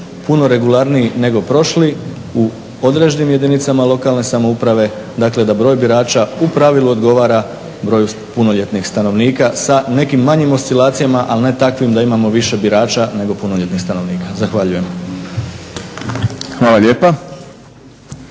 puno ragularniji nego prošli u određenim jedinicama lokalne samouprave dakle da broj birača u pravilu odgovara broju punoljetnih stanovnika sa nekim manjim oscilacijama ali ne takvim da imamo više birača nego punoljetnih stanovnika. Zahvaljujem. **Šprem,